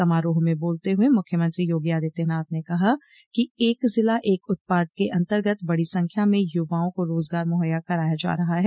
समारोह में बोलते हुए मुख्यमंत्री योगी आदित्यनाथ ने कहा कि एक जिला एक उत्पाद के अन्तर्गत बड़ी संख्या में युवाओं को रोजगार मुहैया कराया जा रहा है